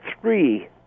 three